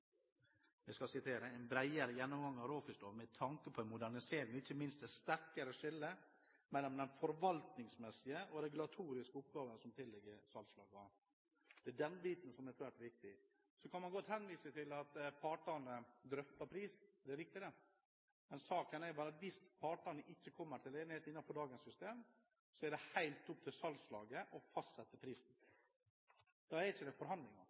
gjennomgang av råfiskloven med tanke på en modernisering og ikke minst et sterkere skille mellom de forvaltningsmessige og regulatoriske oppgavene som tilligger salgslagene». Det er den biten som er svært viktig. Så kan man godt henvise til at partene drøfter pris – det er riktig det. Men saken er bare at hvis partene ikke kommer til enighet innenfor dagens system, er det helt opp til salgslaget å fastsette prisen. Da er det ikke forhandlinger. Da er det